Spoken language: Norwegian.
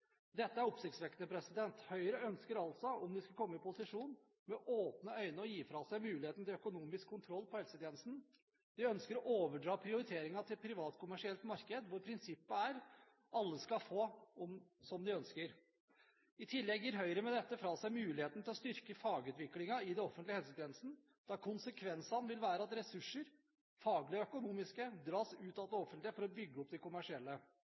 Dette er oppsiktsvekkende. Høyre ønsker altså, om de skulle komme i posisjon, med åpne øyne å gi fra seg muligheten til økonomisk kontroll over helsetjenestene. De ønsker å overdra prioriteringen til et privatkommersielt marked, der prinsippet er: Alle skal få som de ønsker. I tillegg gir Høyre med dette fra seg muligheten til å styrke fagutviklingen i den offentlige helsetjenesten. Konsekvensen vil være at ressurser – faglige og økonomiske – dras ut av det offentlige for å bygge opp de kommersielle.